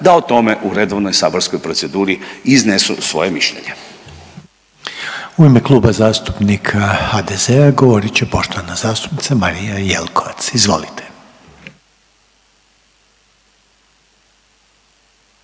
da o tome u redovnoj saborskoj proceduri iznesu svoje mišljenje. **Reiner, Željko (HDZ)** U ime Kluba zastupnika HDZ-a govorit će poštovana zastupnica Marija Jelkovac, izvolite.